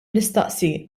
nistaqsi